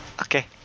okay